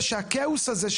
שהכאוס הזה